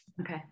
Okay